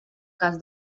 cas